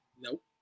Nope